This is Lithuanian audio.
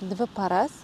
dvi paras